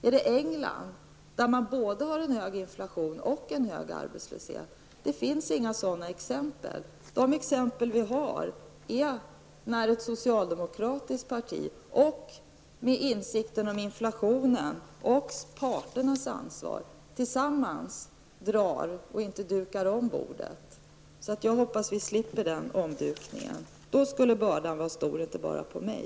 Är det England, där man har både hög inflation och hög arbetslöshet? Det finns inga sådana exempel. Det exempel vi har är att ett socialdemokratiskt parti med insikt om inflationen, och parter med ansvar, drar tillsammans och inte dukar om bordet. Så jag hoppas att vi slipper den omdukningen -- annars skulle bördan vara stor, inte bara på mig.